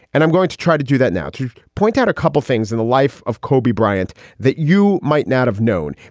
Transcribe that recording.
and i'm going to try to do that now to point out a couple of things in the life of kobe bryant that you might not have known.